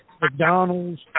McDonald's